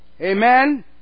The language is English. Amen